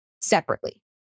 separately